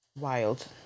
wild